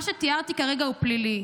מה שתיארתי כרגע הוא פלילי,